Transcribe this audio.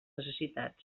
necessitats